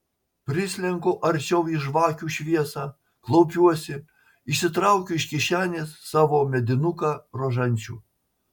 prislenku arčiau į žvakių šviesą klaupiuosi išsitraukiu iš kišenės savo medinuką rožančių